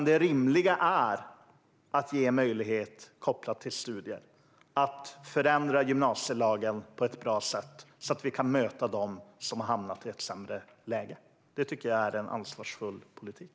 Det rimliga är att ge en möjlighet kopplad till studier och att förändra gymnasielagen på ett bra sätt så att vi kan möta dem som hamnat i ett sämre läge. Det tycker jag är en ansvarsfull politik.